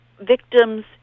victims